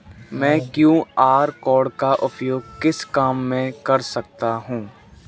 मैं QR code का उपयोग किस काम में कर सकता हूं?